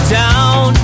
down